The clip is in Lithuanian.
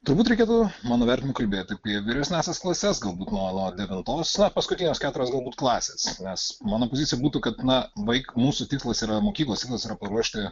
turbūt reikėtų mano vertinimu kalbėti apie vyresniąsias klases galbūt nuo nuo devintos na paskutinės keturios galbūt klasės nes mano pozicija būtų kad na vaik mūsų tikslas yra mokyklos tikslas yra paruošti